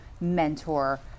mentor